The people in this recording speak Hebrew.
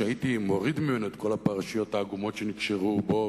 הייתי מוריד ממנו את כל הפרשיות העגומות שנקשרו בו